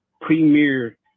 premier